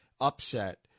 upset